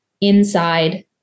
inside